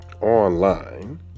online